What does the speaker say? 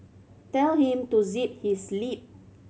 tell him to zip his lip